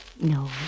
No